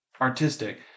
artistic